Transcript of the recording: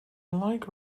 like